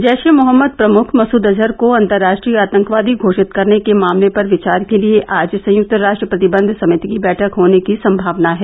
जैश ए मोहम्मद प्रमुख मसूद अजुहर को अतंर्राश्ट्रीय आतंकवादी घोषित करने के मामले पर विचार के लिए आज संयुक्त राष्ट्र प्रतिबंध समिति की बैठक होने की संभावना है